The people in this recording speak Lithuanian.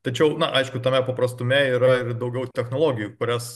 tačiau na aišku tame paprastume yra ir daugiau technologijų kurias